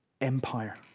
Empire